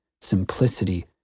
simplicity